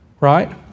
right